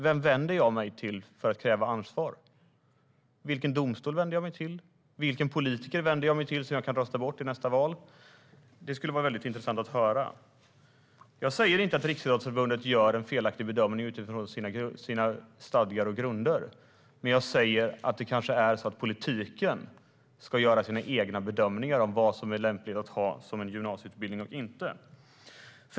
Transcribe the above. Vem vänder jag mig till för att utkräva ansvar? Vilken domstol vänder jag mig till? Vilken politiker vänder jag mig till, som jag kan rösta bort i nästa val? Det skulle vara intressant att höra. Jag säger inte att Riksidrottsförbundet gör en felaktig bedömning utifrån sina stadgar och grunder, men kanske borde politiken göra sina egna bedömningar av vad som är lämpligt att ha som gymnasieutbildning och inte.